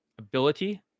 Ability